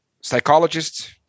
psychologists